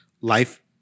life